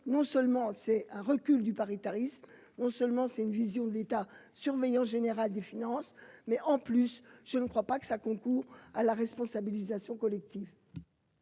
non seulement c'est un recul du paritarisme ont seulement, c'est une vision de l'État surveillant général des finances, mais en plus je ne crois pas que ça concourt à la responsabilisation collective.